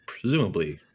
presumably